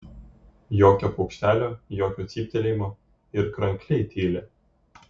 jokio paukštelio jokio cyptelėjimo ir krankliai tyli